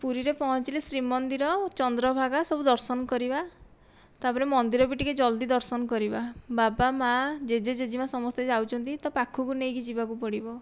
ପୁରୀରେ ପହଞ୍ଚିଲେ ଶ୍ରୀମନ୍ଦିର ଚନ୍ଦ୍ରଭାଗା ସବୁ ଦର୍ଶନ କରିବା ତା'ପରେ ମନ୍ଦିର ବି ଟିକେ ଜଲ୍ଦି ଦର୍ଶନ କରିବା ବାବା ମାଆ ଜେଜେ ଜେଜେମା ସମସ୍ତେ ଯାଉଛନ୍ତି ତ ପାଖକୁ ନେଇକି ଯିବାକୁ ପଡ଼ିବ